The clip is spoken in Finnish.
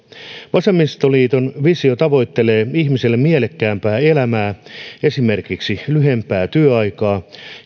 vasemmistoliiton visio tavoittelee ihmiselle mielekkäämpää elämää esimerkiksi lyhyempää työaikaa